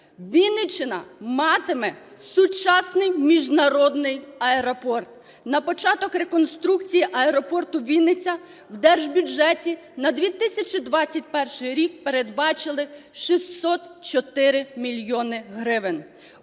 Вінниччина матиме сучасний міжнародний аеропорт. На початок реконструкції аеропорту "Вінниця" в держбюджеті на 2021 рік передбачили 604 мільйони гривень.